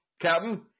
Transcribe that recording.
captain